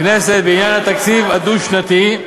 בכנסת בעניין התקציב הדו-שנתי,